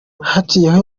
haciyeho